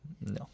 No